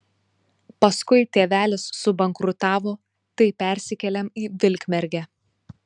paskui tėvelis subankrutavo tai persikėlėm į vilkmergę